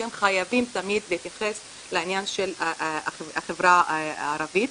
שהם חייבים תמיד להתייחס לעניין של החברה הערבית.